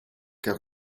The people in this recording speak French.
car